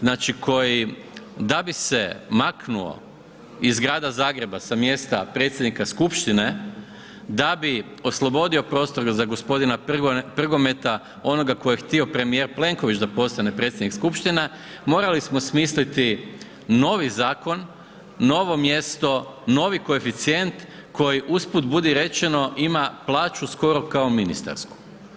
Znači koji, da bi se maknuo iz Grada Zagreba sa mjesta predsjednika skupštine, da bi oslobodio prostor za gospodina Prgometa onoga kojeg je htio premijer Plenković da postane predsjednik skupštine, morali smo smisliti novi zakon, novo mjesto, novi koeficijent, koji usput budi rečeno ima plaću skoro kao ministarsku.